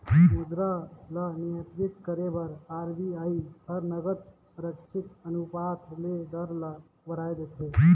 मुद्रा ल नियंत्रित करे बर आर.बी.आई हर नगद आरक्छित अनुपात ले दर ल बढ़ाए देथे